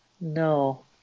No